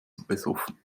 besoffen